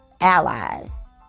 allies